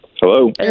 Hello